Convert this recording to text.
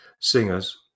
singers